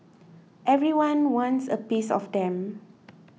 everyone wants a piece of them